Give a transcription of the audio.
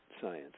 science